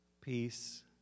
peace